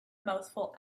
mouthful